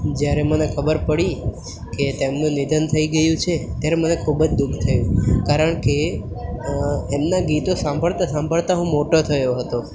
જ્યારે મને ખબર પડી કે તેમનું નિધન થઈ ગયું છે ત્યારે મને ખૂબ જ દુઃખ થયું કારણ કે એમના ગીતો સાંભળતા સાંભળતા હું મોટો થયો હતો